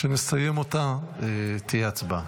כשנסיים אותה, תהיה הצבעה.